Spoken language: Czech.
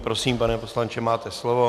Prosím, pane poslanče, máte slovo.